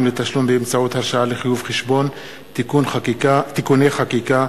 לתשלום באמצעות הרשאה לחיוב חשבון (תיקוני חקיקה),